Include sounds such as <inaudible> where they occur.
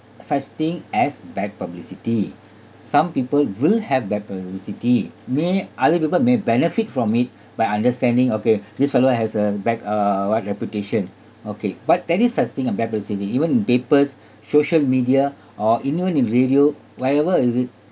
such thing as bad publicity some people will have bad publicity may other people may benefit from it <breath> by understanding okay this fellow has a bad uh what reputation okay but there is such thing a bad publicity even in papers <breath> social media or even in radio whatever is it